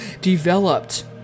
developed